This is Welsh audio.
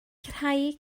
rhai